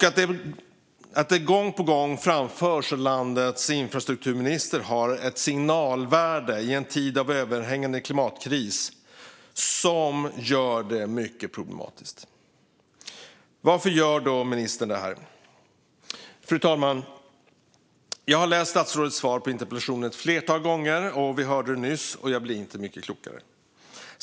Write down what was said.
Att detta gång på gång framförs av landets infrastrukturminister har ett signalvärde, i en tid av överhängande klimatkris, som gör det mycket problematiskt. Varför gör då ministern detta? Fru talman! Vi hörde nyss statsrådets svar på interpellationen, och jag blir inte mycket klokare av det.